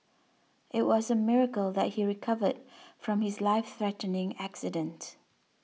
it was a miracle that he recovered from his life threatening accident